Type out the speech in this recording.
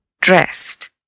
dressed